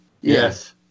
yes